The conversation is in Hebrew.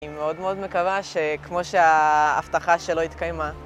אני מאוד מאוד מקווה, שכמו שההבטחה שלא התקיימה.